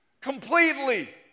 completely